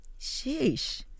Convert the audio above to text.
Sheesh